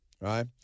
right